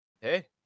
hey